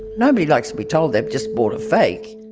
nobody likes to be told they've just bought a fake.